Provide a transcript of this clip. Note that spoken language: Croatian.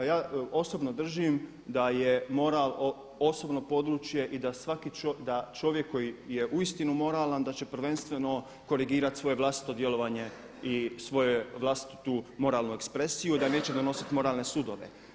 Ja osobno držim da je moral osobno područje i da čovjek koji je uistinu moralan daće prvenstveno korigirati svoje vlastito djelovanje i svoju vlastitu moralnu ekspresiju i da neće donositi moralne sudove.